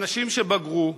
אנשים שבגרו,